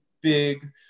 big